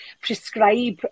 prescribe